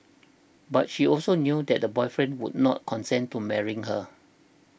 but she also knew that the boyfriend would not consent to marrying her